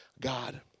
God